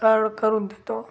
कारड करून देतो